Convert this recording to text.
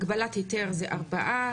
הגבלת היתר זה 4,